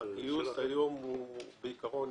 הגיוס היום הוא בעיקרון